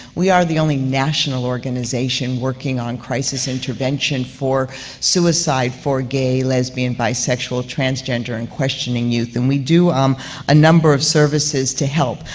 we are the only national organization working on crisis intervention for suicide, for gay, lesbian, bisexual and transgender and questioning youth, and we do um a number of services to help.